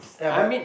ya but